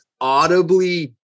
audibly